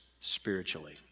spiritually